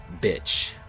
bitch